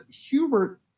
Hubert